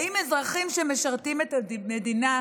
האם אזרחים שמשרתים את המדינה,